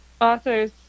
authors